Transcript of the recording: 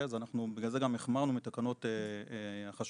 ובגלל זה גם החמרנו מתקנות החשמל.